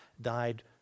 died